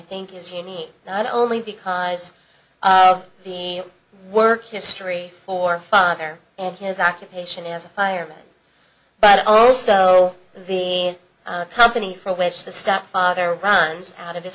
think is you need not only because of the work history for father and his occupation is fired but also the company for which the stepfather runs out of his